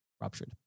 ruptured